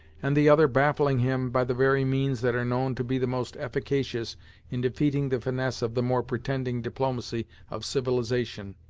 and the other baffling him by the very means that are known to be the most efficacious in defeating the finesse of the more pretending diplomacy of civilization,